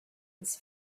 its